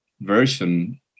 version